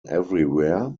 everywhere